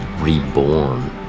reborn